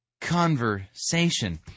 conversation